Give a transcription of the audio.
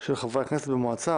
של חברי הכנסת במועצה.